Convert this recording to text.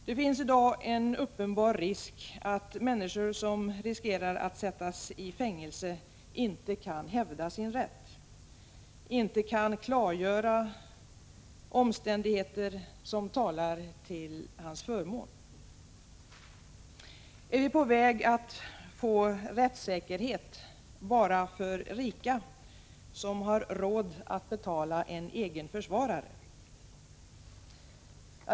Det finns i dag en uppenbar risk att människor som riskerar att sättas i fängelse inte kan hävda sin rätt, inte kan klargöra omständigheter som talar till deras förmån. Är vi på väg att få en rättssäkerhet bara för rika som har råd att betala en egen försvarare?